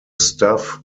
stuff